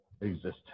existence